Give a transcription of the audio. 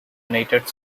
united